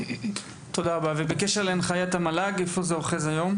תודה רבה ובקשר להנחיית המל"ג, איפה זה אוחז היום?